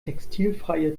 textilfreie